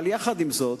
אבל יחד עם זאת,